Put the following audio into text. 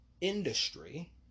industry